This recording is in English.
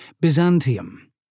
Byzantium